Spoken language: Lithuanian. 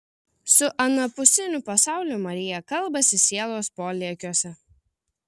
su anapusiniu pasauliu marija kalbasi sielos polėkiuose